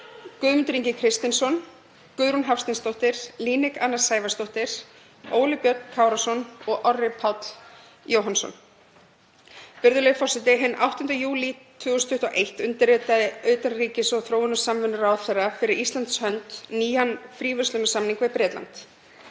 Guðmundur Ingi Kristinsson, Guðrún Hafsteinsdóttir, Líneik Anna Sævarsdóttir, Óli Björn Kárason og Orri Páll Jóhannsson. Virðulegur forseti. Hinn 8. júlí 2021 undirritaði utanríkis- og þróunarsamvinnuráðherra fyrir Íslands hönd nýjan fríverslunarsamning við Bretland.